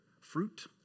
fruit